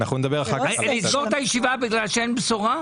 נסגור את הישיבה בגלל שאין בשורה?